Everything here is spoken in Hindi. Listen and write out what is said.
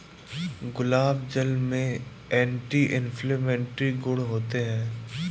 गुलाब जल में एंटी इन्फ्लेमेटरी गुण होते हैं